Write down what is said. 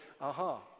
aha